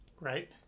Right